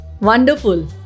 Wonderful